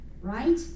right